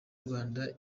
rwanda